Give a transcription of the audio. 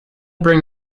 bring